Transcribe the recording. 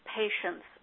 patience